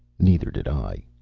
neither did i!